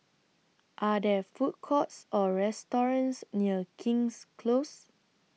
Are There Food Courts Or restaurants near King's Close